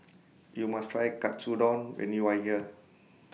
YOU must Try Katsudon when YOU Are here